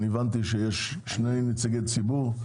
אני הבנתי שיש שני נציגי ציבור,